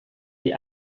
die